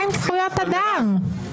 מה עם זכויות אדם?